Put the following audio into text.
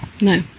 No